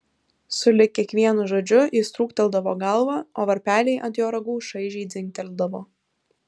sulig kiekvienu žodžiu jis trūkteldavo galvą o varpeliai ant jo ragų šaižiai dzingteldavo